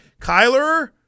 Kyler